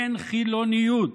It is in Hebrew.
אין חילוניות.